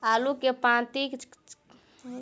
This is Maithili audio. आलु केँ पांति चरावह केँ लेल केँ तकनीक केँ उपयोग करऽ?